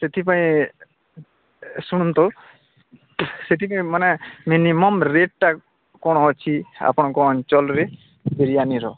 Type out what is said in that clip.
ସେଥିପାଇଁ ଶୁଣନ୍ତୁ ସେଥିପାଇଁ ମାନେ ମିନିମମ୍ ରେଟ୍ଟା କ'ଣ ଅଛି ଆପଣଙ୍କ ଅଞ୍ଚଳରେ ବିରିୟାନିର